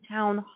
Town